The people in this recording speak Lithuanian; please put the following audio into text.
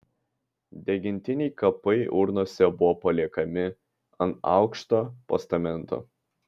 degintiniai kapai urnose buvo paliekami ant aukšto postamento